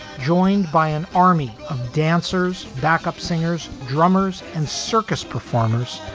joined by an army of dancers, backup singers, drummers and circus performers,